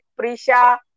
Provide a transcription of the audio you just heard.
Prisha